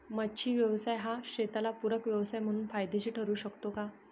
मच्छी व्यवसाय हा शेताला पूरक व्यवसाय म्हणून फायदेशीर ठरु शकतो का?